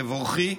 תבורכי.